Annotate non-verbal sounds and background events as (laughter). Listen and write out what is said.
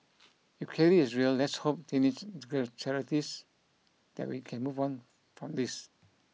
if Kelly is real let's hope teenage (unintelligible) that we can move on from this